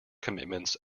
commitments